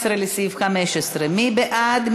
18, לסעיף 15. מי בעד?